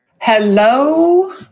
Hello